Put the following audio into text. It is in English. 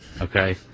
Okay